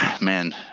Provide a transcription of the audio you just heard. Man